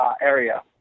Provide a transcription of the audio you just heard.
area